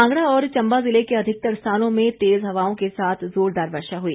कांगड़ा और चम्बा जिले के अधिकतर स्थानों में तेज हवाओं के साथ जोरदार वर्षा हुई